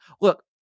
look